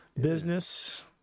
business